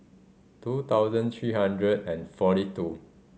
two thousand three hundred and forty two